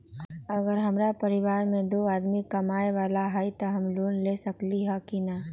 अगर हमरा परिवार में दो आदमी कमाये वाला है त हम लोन ले सकेली की न?